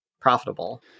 profitable